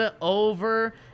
over